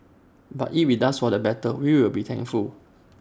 but if IT does for the better we will be thankful